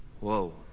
Whoa